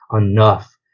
enough